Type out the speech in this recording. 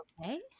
Okay